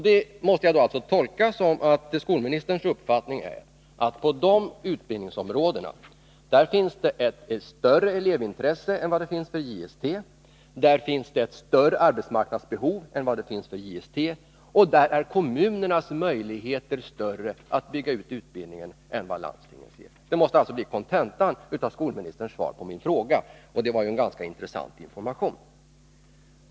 Detta måste jag tolka som så att skolministerns uppfattning är att det finns större elevintresse för dessa utbildningsområden än det finns för JST, att det där finns ett större arbetsmarknadsbehov än vad som finns på JST-sektorn och att kommunerna där har större möjligheter att bygga ut utbildningen än vad landstingen har. Detta måste alltså bli kontentan av skolministerns svar på min fråga. Det var en ganska intressant information.